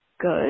good